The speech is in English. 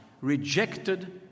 rejected